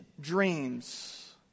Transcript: dreams